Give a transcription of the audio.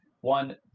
One